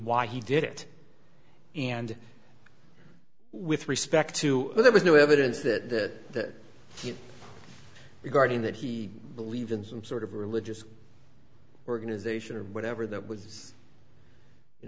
why he did it and with respect to there was no evidence that you regarding that he believed in some sort of religious organization or whatever that was you